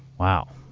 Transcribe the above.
wow.